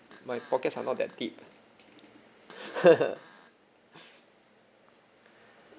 my pockets are not that deep